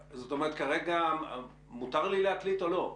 כרגע מותר לי להקליט או לא?